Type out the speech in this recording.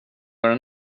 göra